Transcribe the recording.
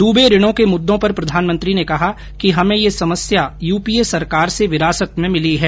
डूबे ऋणों के मुद्दों पर प्रधानमंत्री ने कहा कि हमें यह समस्या यूपीए सरकार से विरासत में मिली है